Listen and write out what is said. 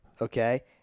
okay